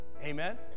Amen